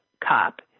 cop